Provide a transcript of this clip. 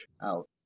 out